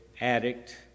addict